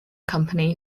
company